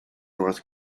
north